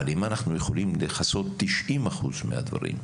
אבל אם אנחנו יכולים לכסות 90% מהדברים,